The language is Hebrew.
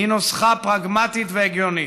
היא נוסחה פרגמטית והגיונית.